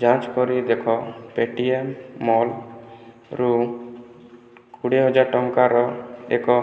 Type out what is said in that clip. ଯାଞ୍ଚ କରି ଦେଖ ପେଟିଏମ୍ ମଲ୍ରୁ କୋଡ଼ିଏ ହଜାର ଟଙ୍କାର ଏକ